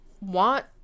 want